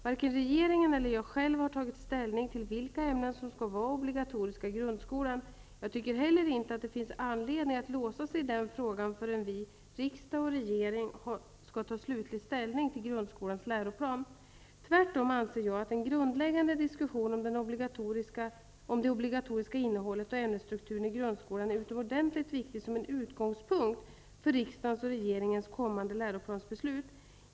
Varken regeringen eller jag själv har tagit ställning till vilka ämnen som skall vara obligatoriska i grundskolan. Jag tycker heller inte att det finns anledning att låsa sig i den frågan förrän vi, riksdag och regering, skall ta slutlig ställning till grundskolans läroplan. Tvärtom anser jag att en grundläggande diskussion om det obligatoriska innehållet och ämnesstrukturen i grundskolan är utomordentligt viktig som en utgångspunkt för riksdagens och regeringens kommande läroplansbeslut.